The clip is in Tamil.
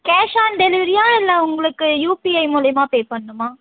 கேஷ் ஆன் டெலிவரியா இல்லை உங்களுக்கு யூபிஐ மூலயமா பே பண்ணணுமா